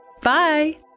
bye